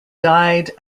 died